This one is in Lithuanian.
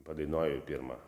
padainuoju pirmą